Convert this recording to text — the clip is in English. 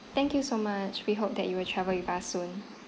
thank you so much we hope that you will travel with us soon